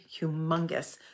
humongous